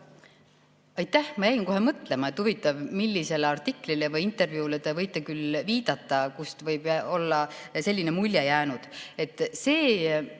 Aitäh! Ma jäin kohe mõtlema, et huvitav, millisele artiklile või intervjuule te võite küll viidata, kust võib olla selline mulje jäänud.